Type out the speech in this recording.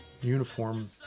uniform